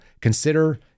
consider